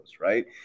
right